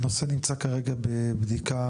הנושא נמצא כרגע בבדיקה,